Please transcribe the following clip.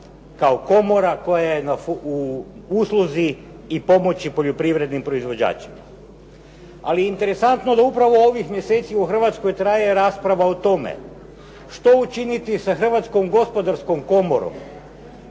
kao komora koja je u usluzi i pomoći poljoprivrednim proizvođačima. Ali interesantno da upravo ovih mjeseci u Hrvatskoj traje rasprava o tome što učiniti sa Hrvatskom gospodarskom komorom,